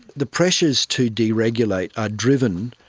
the pressures to deregulate are driven,